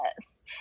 yes